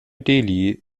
delhi